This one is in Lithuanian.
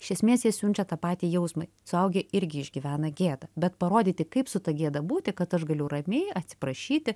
iš esmės jie siunčia tą patį jausmą suaugę irgi išgyvena gėdą bet parodyti kaip su ta gėda būti kad aš galiu ramiai atsiprašyti